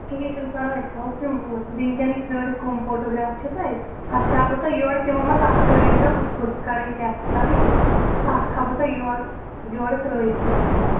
کِہیٖنۍ چھُنہٕ پَرواے أسۍ تھوہوکھ تِم ہُتھ وٕنکیٚنٕے ژھٲرِتھ کٕم فوٹوگراف چھِ تۄہہِ پَتہٕ ترٛاو بہٕ تۄہہِ یورٕ تِمو منٛز اَکھ تُہۍ ؤنزیٚو کٕتھ پٲٹھۍ چھِ کَڑٕنۍ کیٛاہ چھِ کَڑٕنۍ اَکھ تھاوو تۄہہِ یورٕ یورٕ ترٛٲیِتھ تِمو منٛز